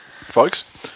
folks